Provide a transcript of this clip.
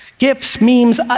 gifs, memes,